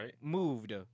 moved